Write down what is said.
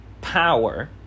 power